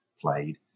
played